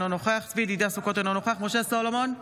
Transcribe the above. נוכח צבי ידידיה סוכות, אינו נוכח משה סולומון,